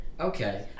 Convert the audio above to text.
Okay